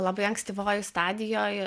labai ankstyvoj stadijoj